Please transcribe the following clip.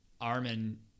Armin